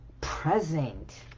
present